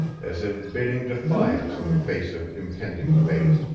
as if bidding defiance in the face of impending fate.